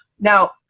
Now